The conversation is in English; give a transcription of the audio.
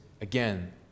again